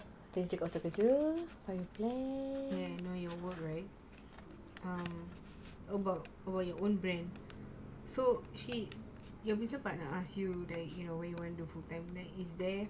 yes I know your work right um about your own brand so she will your business partner ask you in a way whether you wanna do full time then it's there